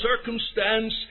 circumstance